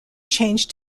changed